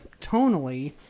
tonally